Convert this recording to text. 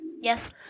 Yes